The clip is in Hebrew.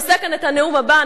נושא כאן את הנאום הבא,